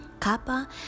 Kappa